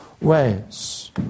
ways